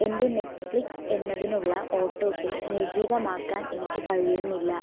എൻ്റെ നെറ്റ്ഫ്ലിക്സ് എന്നതിനുള്ള ഓട്ടോപേ നിർജ്ജീവമാക്കാൻ എനിക്ക് കഴിയുന്നില്ല